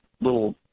little